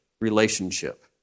Relationship